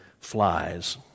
flies